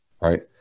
right